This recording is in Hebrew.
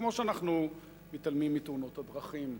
כמו שאנחנו מתעלמים מתאונות הדרכים.